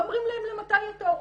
לא אומרים להן למתי התור,